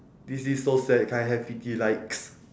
this this is so sad can I have pity likes